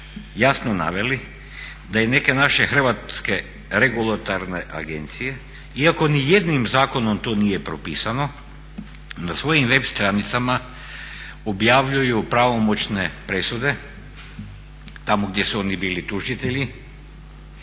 jasno naveli da i neke naše hrvatske regulatorne agencije, iako nijednim zakonom to nije propisano, na svojim web stranicama objavljuju pravomoćne presude tamo gdje su oni bili tužitelji,